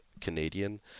Canadian